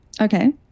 Okay